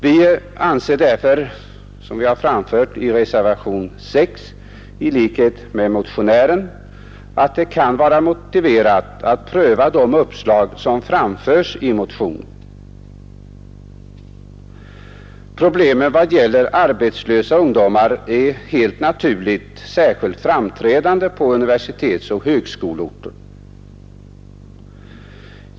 Vi anser därför, som vi framför i reservationen 6, att det kan vara motiverat att pröva de uppslag som framförs i motionen 604. Problemet med arbetslösa ungdomar är särskilt framträdande på universitetsoch högskoleorter.